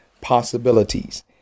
possibilities